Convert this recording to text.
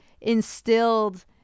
instilled